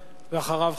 ואחריו,